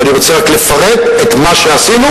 ואני רוצה רק לפרט את מה שעשינו,